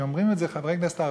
מקומה של קרן קיימת.